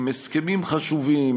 עם הסכמים חשובים,